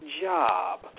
job